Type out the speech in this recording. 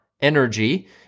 energy